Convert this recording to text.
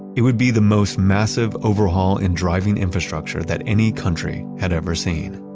it would be the most massive overhaul in driving infrastructure that any country had ever seen.